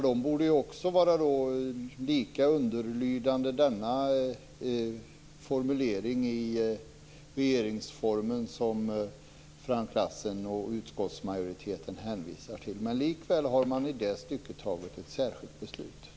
De borde vara lika underlydande denna formulering i regeringsformen, som Frank Lassen och utskottsmajoriteten hänvisar till. Likväl har man i det stycket fattat ett särskilt beslut.